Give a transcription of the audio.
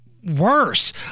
worse